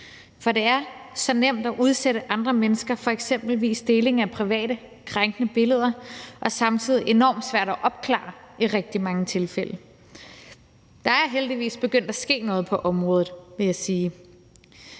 For det er så nemt at udsætte andre mennesker for eksempelvis deling af private krænkende billeder og samtidig enormt svært at opklare i rigtig mange tilfælde. Der er heldigvis begyndt at ske noget på området, vil jeg sige.